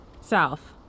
south